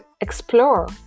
explore